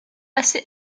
assez